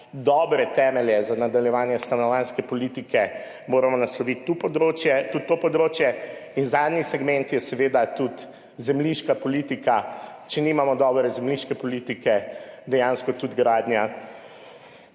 dobre temelje za nadaljevanje stanovanjske politike, moramo nasloviti tudi to področje. Zadnji segment je seveda tudi zemljiška politika, če nimamo dobre zemljiške politike, dejansko tudi gradnja